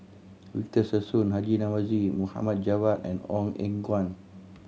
Victor Sassoon Haji Namazie Mohd Javad and Ong Eng Guan